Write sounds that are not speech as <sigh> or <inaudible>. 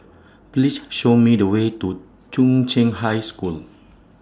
Please Show Me The Way to Chung Cheng <noise> High School